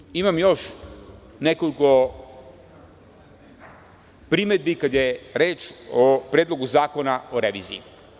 Naravno, imam još nekoliko primedbi kada je reč o Predlogu zakona o reviziji.